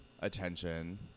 attention